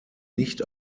nicht